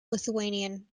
lithuanian